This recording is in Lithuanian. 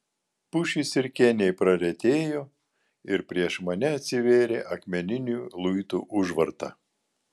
pušys ir kėniai praretėjo ir prieš mane atsivėrė akmeninių luitų užvarta